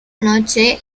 noche